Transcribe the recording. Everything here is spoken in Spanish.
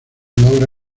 logra